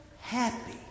happy